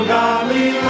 godly